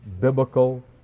biblical